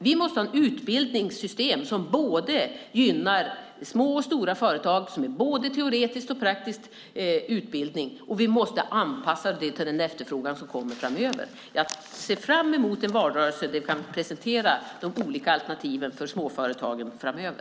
Vi måste ha ett utbildningssystem som gynnar både små och stora företag och ger både teoretisk och praktisk utbildning, och vi måste anpassa det till den efterfrågan som kommer framöver. Jag ser fram emot en valrörelse där vi kan presentera de olika alternativen för småföretagen framöver.